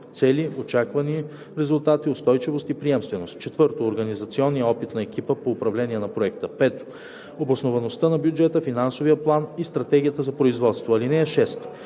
цели, очаквани резултати, устойчивост и приемственост; 4. организационния опит на екипа по управление на проекта; 5. обосноваността на бюджета, финансовия план и стратегията за производство. (6) Всеки